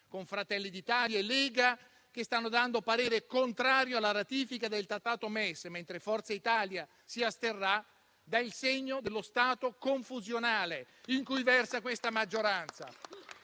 con Fratelli d'Italia e Lega che stanno dando parere contrario alla ratifica del trattato istitutivo del MES, mentre Forza Italia si asterrà, dà il segno dello stato confusionale in cui versa questa maggioranza